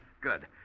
Good